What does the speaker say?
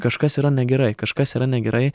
kažkas yra negerai kažkas yra negerai